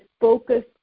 focus